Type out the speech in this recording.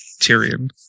Tyrion